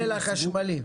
כולל החשמלי?